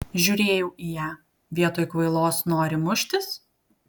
žiūrėjau į ją vietoj kvailos nori muštis